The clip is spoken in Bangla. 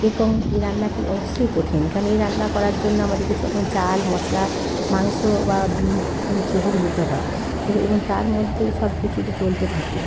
এবং এই রান্নাটি অবশ্যই কঠিন কেন এই রান্না করার জন্য আমাদেরকে চাল মশলা মাংস বা ডিম যে হোক নিতে হয় এবং তার মধ্যেই সব কিছুটি চলতে থাকে